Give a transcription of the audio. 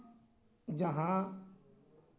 ᱡᱟᱦᱟᱸ